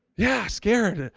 yeah, scared, and